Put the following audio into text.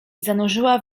zanurzyła